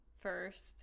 first